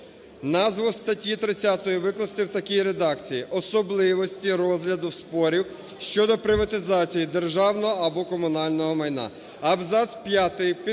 Назву статті 30 викласти в такій редакції: "Особливості розгляду спорів щодо приватизації державного або комунального майна".